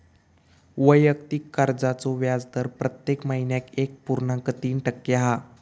वैयक्तिक कर्जाचो व्याजदर प्रत्येक महिन्याक एक पुर्णांक तीन टक्के हा